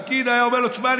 פקיד היה אומר לו: שמע,